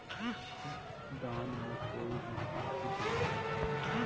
दान में कोई भी कुछु दान कर सको हइ